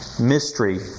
Mystery